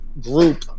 group